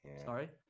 sorry